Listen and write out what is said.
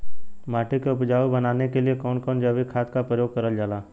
माटी के उपजाऊ बनाने के लिए कौन कौन जैविक खाद का प्रयोग करल जाला?